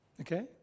Okay